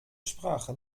sprache